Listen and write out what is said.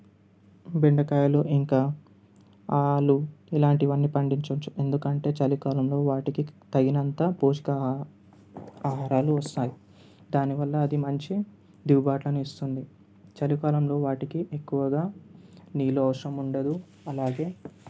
బెండకాయలు ఇంకా ఆలు ఇలాంటివి అన్నీ పండించవచ్చు ఎందుకంటే చలికాలంలో వాటికి తగినంత పోషక ఆహా ఆహారాలు వస్తాయి దాని వల్ల అది మంచి దిగుబాట్లను ఇస్తుంది చలికాలంలో వాటికి ఎక్కువగా నీళ్ళు అవసరం ఉండదు అలాగే